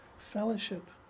Fellowship